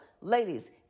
ladies